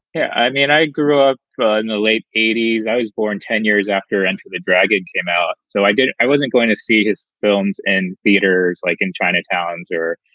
yeah, i mean, i grew up in the late eighty s. i was born ten years after enter the dragon came out. so i did. i wasn't going to see his films in theaters like in chinatowns or,